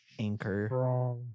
anchor